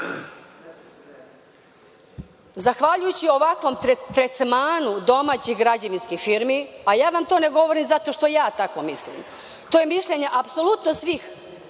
izvođač. Zahaljujući ovakvom tretmanu domaćih građevinskih firmi, a ja vam to ne govorim, zato što ja tako mislim, to je mišljenje apsolutno svih